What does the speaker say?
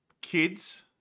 kids